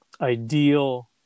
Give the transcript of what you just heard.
ideal